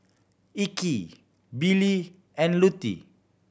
Ike Billie and Lutie